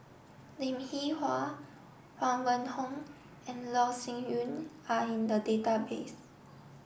Lim Hwee Hua Huang Wenhong and Loh Sin Yun are in the database